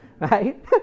right